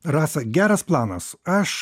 rasa geras planas aš